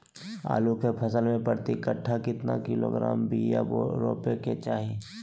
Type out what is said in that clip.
आलू के फसल में प्रति कट्ठा कितना किलोग्राम बिया रोपे के चाहि?